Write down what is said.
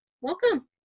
Welcome